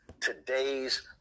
today's